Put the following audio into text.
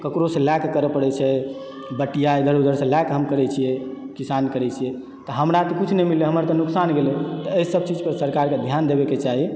ककरोसँ लयके करय पड़ैत छै बटिआ इधर उधरसँ लयके हम करैत छियै किसान करैत छियै तऽ हमरा तऽ कुछ नहि मिललय हमर तऽ नुकसान गेलय तऽ एहिसभ चीज पर सरकारके ध्यान देबयके चाही